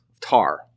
tar